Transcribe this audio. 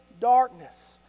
darkness